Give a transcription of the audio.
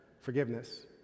forgiveness